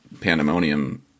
Pandemonium